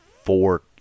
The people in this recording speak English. four